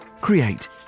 create